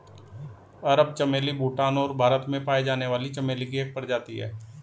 अरब चमेली भूटान और भारत में पाई जाने वाली चमेली की एक प्रजाति है